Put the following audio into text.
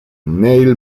neil